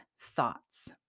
thoughts